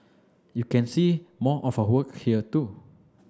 you can see more of her work here too